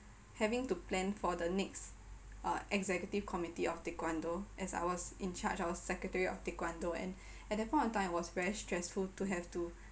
having to plan for the next uh executive committee of taekwondo as I was in charge I was secretary of taekwondo and at that point of time it was very stressful to have to